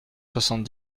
soixante